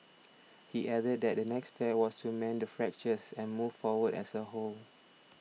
he added that the next step was to mend the fractures and move forward as a whole